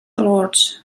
lords